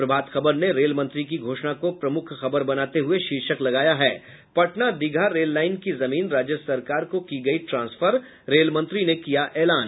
प्रभात खबर ने रेल मंत्री की घोषणा को प्रमुख खबर बनाते हुये शीर्षक लगाया है पटना दीघा रेललाईन की जमीन राज्य सरकार को की गयी ट्रांसफर रेल मंत्री ने किया एलान